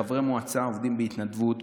חברי המועצה עובדים בהתנדבות,